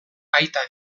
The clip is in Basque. aita